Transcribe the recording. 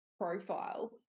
profile